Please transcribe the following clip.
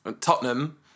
Tottenham